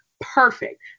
Perfect